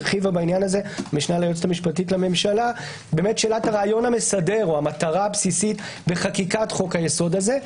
שאלת הרעיון המסדר או המטרה הבסיסית בחקיקת חוק היסוד הזה.